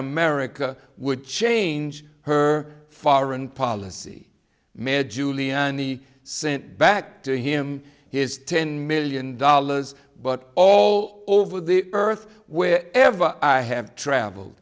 america would change her foreign policy man giuliani sent back to him his ten million dollars but all over the earth where ever i have traveled